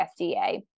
FDA